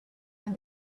when